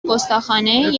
گستاخانهی